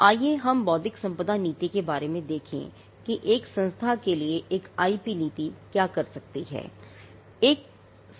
आइए हम बौद्धिक संपदा नीति के बारे में देखें कि एक संस्था के लिए एक आईपी नीति क्या कर सकती है